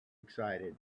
excited